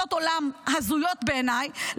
בכס השיפוט ולשמוע תיקים של עיריית תל אביב?